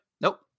Nope